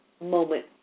moment